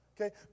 okay